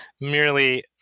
merely